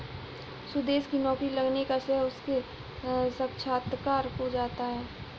सुदेश की नौकरी लगने का श्रेय उसके साक्षात्कार को जाता है